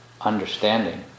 understanding